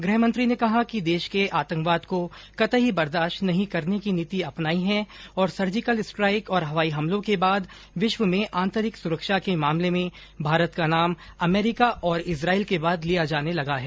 गृहमंत्री ने कहा कि देश ने आतंकवाद को कतई बर्दाश्त न करने की नीति अपनाई है और सर्जिकल स्ट्राइक और हवाई हमलों के बाद विश्व में आतंरिक सुरक्षा के मामले में भारत का नाम अमरीका और इजराइल के बाद लिया जाने लगा है